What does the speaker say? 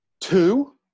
Two